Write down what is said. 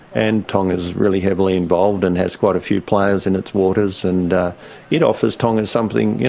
and tonga's really heavily involved and has quite a few players in its waters. and it offers tonga something,